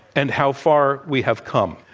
and how far we have come?